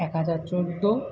এক হাজার চোদ্দো